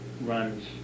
runs